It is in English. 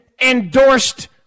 endorsed